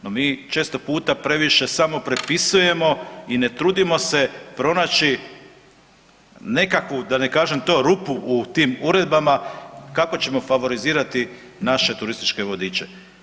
No mi često puta previše samo prepisujemo i ne trudimo se pronaći nekakvu da ne kažem to rupu u tim uredbama kako ćemo favorizirati naše turističke vodiče.